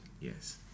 Yes